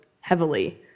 heavily